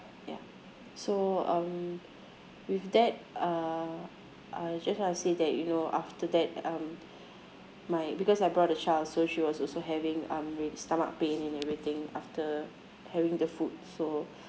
ya so um with that uh I just want to say that you know after that um my because I brought a child so she was also having um stomach pain and everything after having the food so